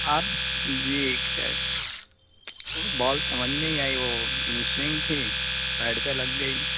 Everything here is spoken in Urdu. آپ جی بال سمجھ نہیں آئی وہ ان سوئنگ تھی پیڈ پہ لگ گئی